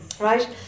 Right